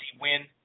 win